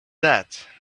that